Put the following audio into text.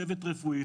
צוות רפואי,